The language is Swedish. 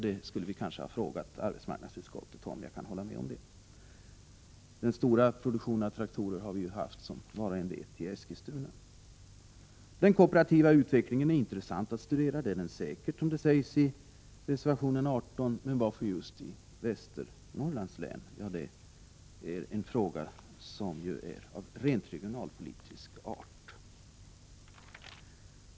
Det skulle vi kanske ha frågat arbetsmarknadsutskottet om — jag håller med om det. Den stora produktionen av traktorer har vi, som var och en vet, haft i Eskilstuna. Det är säkert intressant att studera den kooperativa utvecklingen, som det sägs i reservation 18. Men varför skulle det ske i just Västernorrlands län? Det är en fråga av rent regionalpolitisk art.